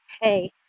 hey